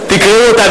תקראו אותם,